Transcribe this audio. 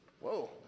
Whoa